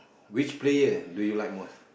which player do you like most